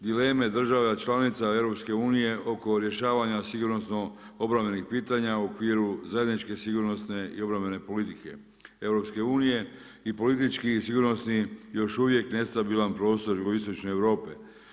Dileme država članica EU, oko rješavaju sigurnosno obrambenih pitanja u okviru zajedničke, sigurnosne i obrambene politike EU i političkih i sigurnosni, još uvijek nestabilan prostor jugoistočne Europe.